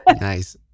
Nice